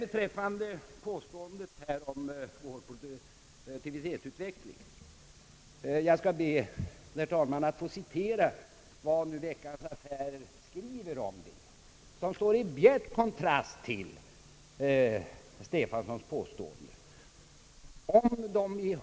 När det gäller påståendena om vår produktivitetsutveckling skall jag, herr talman, be att få citera vad Veckans Affärer skriver, någonting som står i bjärt kontrast till herr Stefansons påstående.